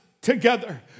together